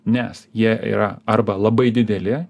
nes jie yra arba labai dideli